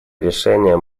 решение